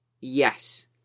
Yes